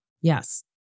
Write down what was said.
Yes